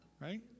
right